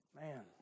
Man